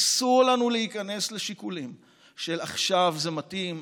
אסור לנו להיכנס לשיקולים של עכשיו זה מתאים,